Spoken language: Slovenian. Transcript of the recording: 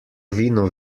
vino